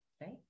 right